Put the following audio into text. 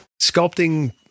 Sculpting